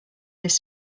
this